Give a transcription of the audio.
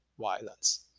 violence